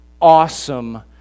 awesome